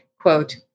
quote